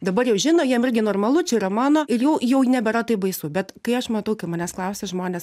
dabar jau žino jiem irgi normalu čia yra mano ir jų jau nebėra taip baisu bet kai aš matau kai manęs klausia žmonės